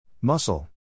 Muscle